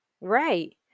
Right